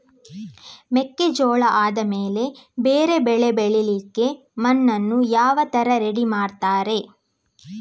ಮೆಕ್ಕೆಜೋಳ ಆದಮೇಲೆ ಬೇರೆ ಬೆಳೆ ಬೆಳಿಲಿಕ್ಕೆ ಮಣ್ಣನ್ನು ಯಾವ ತರ ರೆಡಿ ಮಾಡ್ತಾರೆ?